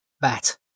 bat